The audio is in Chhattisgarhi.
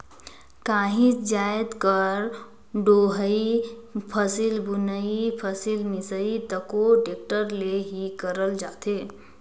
काहीच जाएत कर डोहई, फसिल बुनई, फसिल मिसई तको टेक्टर ले ही करल जाथे